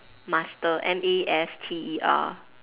master M A S T E R